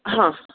हां